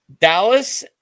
Dallas